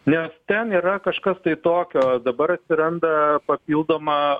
nes ten yra kažkas tai tokio dabar atsiranda papildoma